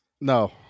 No